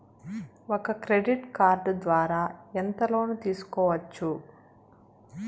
ఒక credit card ద్వారా ఎంత లోను తీసుకోవచ్చు?